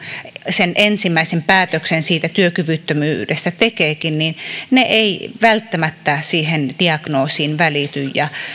sen ensimmäisen päätöksen siitä työkyvyttömyydestä tekeekin niin ne eivät välttämättä siihen diagnoosiin välity ja